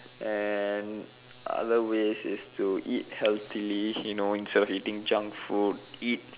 and other ways is to eat healthily you know instead of eating junk food eat